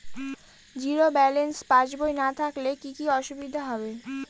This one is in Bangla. জিরো ব্যালেন্স পাসবই না থাকলে কি কী অসুবিধা হবে?